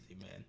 man